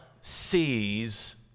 sees